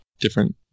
different